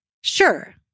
sure